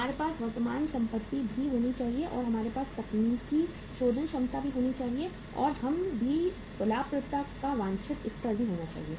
हमारे पास वर्तमान संपत्ति भी होनी चाहिए और हमारे पास तकनीकी शोधन क्षमता भी होनी चाहिए और हम भी लाभप्रदता का वांछित स्तर भी होना चाहिए